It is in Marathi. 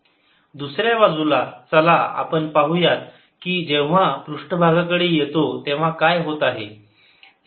Minside0 दुसऱ्या बाजूला चला आपण पाहू या की जेव्हा पृष्ठभागाकडे येतो तेव्हा काय होत आहे